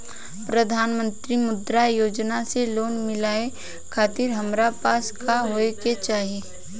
प्रधानमंत्री मुद्रा योजना से लोन मिलोए खातिर हमरा पास का होए के चाही?